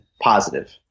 positive